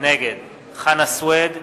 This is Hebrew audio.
נגד חנא סוייד,